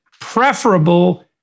preferable